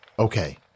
Okay